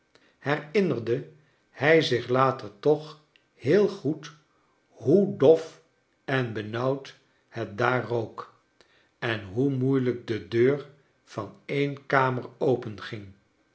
herinnerde hij zich later toch heel goed hoe dof en benauwd het daar rook en hoe moeilijk de deur van een kamer